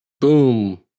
Boom